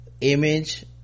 image